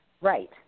right